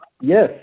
Yes